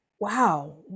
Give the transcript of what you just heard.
Wow